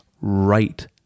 right